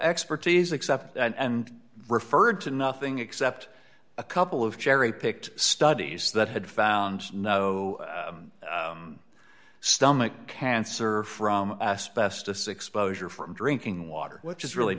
expertise except and referred to nothing except a couple of cherry picked studies that had found no stomach cancer from asbestos exposure from drinking water which is really